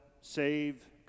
save